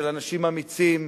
של אנשים אמיצים,